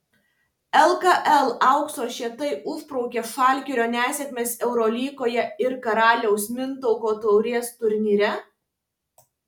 lkl aukso žiedai užbraukė žalgirio nesėkmes eurolygoje ir karaliaus mindaugo taurės turnyre